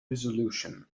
resolution